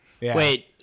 Wait